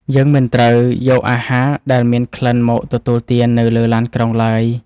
យើងមិនត្រូវយកអាហារដែលមានក្លិនមកទទួលទាននៅលើឡានក្រុងឡើយ។